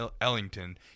ellington